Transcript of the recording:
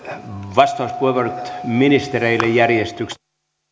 vastauspuheenvuorot ministereille järjestyksessä